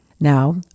Now